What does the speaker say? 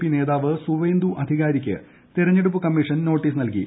P നേതാവ് സുവേന്ദു അധികാരിക്ക് തെരഞ്ഞെടുപ്പ് കമ്മീഷൻ നോട്ടീസ് നൽകി